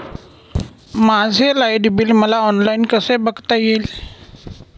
माझे light bill मला online कसे बघता येईल?